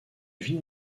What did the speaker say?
vit